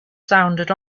sounded